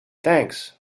thanks